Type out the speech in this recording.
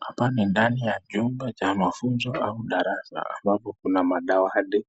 Hapa ni ndani ya jumba cha mafunzo au darasa ambapo kuna madawati